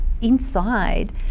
inside